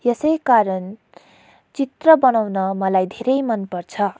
यसै कारण चित्र बनाउन मलाई धेरै मनपर्छ